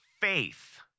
faith